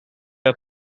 are